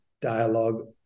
dialogue